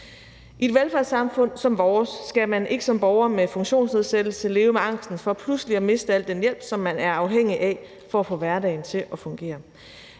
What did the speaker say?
I et velfærdssamfund som vores skal man som borger med funktionsnedsættelse ikke leve med angsten for pludselig at miste al den hjælp, som man er afhængig af for at få hverdagen til at fungere.